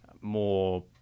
more